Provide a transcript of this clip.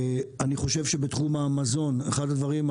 אני חושב שבתחום המזון אחד הדברים,